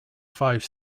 five